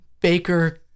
Baker